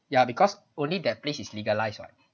ya because only that place is legalized [what]